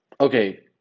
Okay